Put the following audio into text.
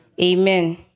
Amen